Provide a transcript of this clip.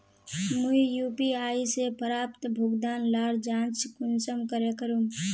मुई यु.पी.आई से प्राप्त भुगतान लार जाँच कुंसम करे करूम?